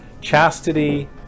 chastity